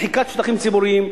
מחיקת שטחים ציבוריים,